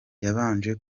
yabanje